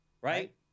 Right